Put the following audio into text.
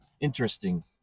Interesting